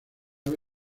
ave